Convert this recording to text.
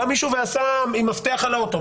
בא מישהו ועשה עם מפתח על האוטו,